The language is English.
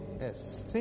yes